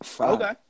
Okay